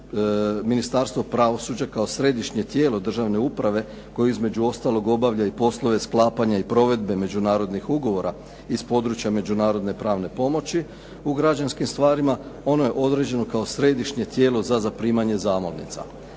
Ministarstvo pravosuđa kao središnje tijelo državne uprave, koju između ostalog obavlja i poslove sklapanja i provedbe međunarodnih ugovora iz područja međunarodne pravne pomoći u građanskim stvarima, ono je određeno kao središnje tijelo za zaprimanje zamolnica.